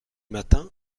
matins